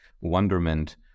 wonderment